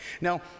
Now